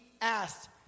asked